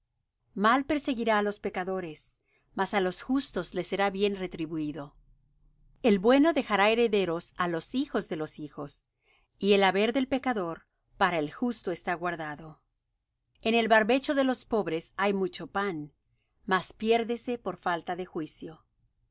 mal perseguirá á los pecadores mas á los justos les será bien retribuído el bueno dejará herederos á los hijos de los hijos y el haber del pecador para el justo está guardado en el barbecho de los pobres hay mucho pan mas piérdese por falta de juicio